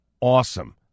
awesome